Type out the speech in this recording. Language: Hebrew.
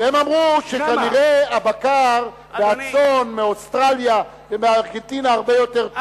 הם אמרו שכנראה הבקר והצאן מאוסטרליה ומארגנטינה הרבה יותר טוב,